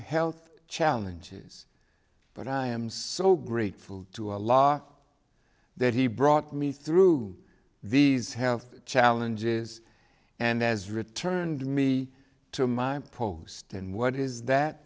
health challenges but i am so grateful to a law that he brought me through these health challenges and has returned me to my post and what is that